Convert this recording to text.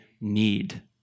need